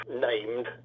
named